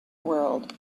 world